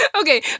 Okay